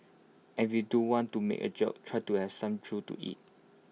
and if you do want to make A joke try to have some truth to IT